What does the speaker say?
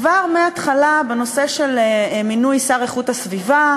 כבר מההתחלה, הנושא של מינוי שר הגנת הסביבה,